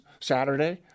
Saturday